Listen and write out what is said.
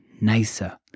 nicer